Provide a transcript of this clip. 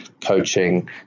coaching